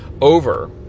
over